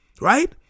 right